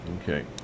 Okay